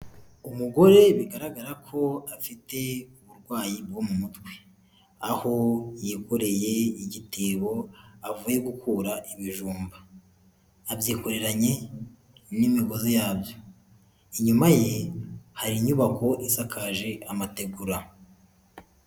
Umugore bigaragara ko afite uburwayi bwo mu mutwe, aho yikoreye igitebo avuye gukura ibijumba, abyikoreranye n'imigozi yabyo, inyuma ye hari inyubako isakaje amategura.